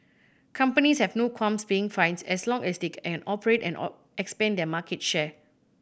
companies have no qualms paying fines as long as they can operate and expand their market share